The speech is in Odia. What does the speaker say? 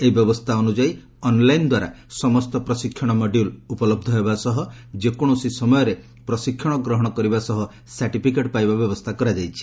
ଏହି ବ୍ୟବସ୍ଥା ଅନୁଯାୟୀ ଅନ୍ଲାଇନ୍ ଦ୍ୱାରା ସମସ୍ତ ପ୍ରଶିକ୍ଷଣ ମଡ୍ୟୁଲ୍ ଉପଲବ୍ଧ ହେବା ସହ ଯେକୌଣସି ସମୟରେ ପ୍ରଶିକ୍ଷଣ ଗ୍ରହଣ କରିବା ସହ ସାର୍ଟିଫିକେଟ୍ ପାଇବା ବ୍ୟବସ୍ଥା କରାଯାଇଛି